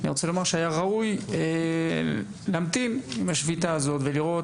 אני רוצה לומר שהיה ראוי להמתין עם השביתה הזאת ולראות.